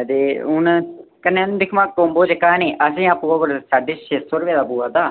अते हून कन्नै दिक्खो आं कोम्बो जेह्का ऐ निं असें आपूं ओह् कुल साड्ढे छे सौ रपेऽ दा पवै'रदा